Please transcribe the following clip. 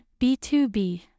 B2B